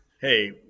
hey